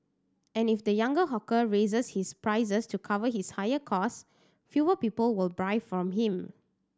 and if the younger hawker raises his prices to cover his higher cost fewer people will buy from him